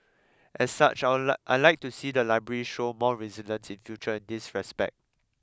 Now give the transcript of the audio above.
as such I I like to see the library show more resilience in future in this respect